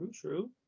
True